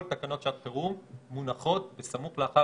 כל תקנות שעת חירום מונחות בסמוך לאחר